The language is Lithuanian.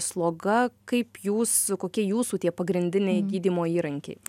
sloga kaip jūs kokie jūsų tie pagrindiniai gydymo įrankiai